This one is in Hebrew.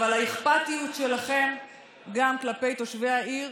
אבל האכפתיות שלכם גם כלפי תושבי העיר